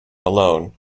alone